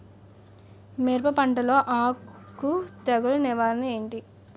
మిరప పంటలో ఆకు తెగులు నివారణ ఏంటి?